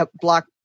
block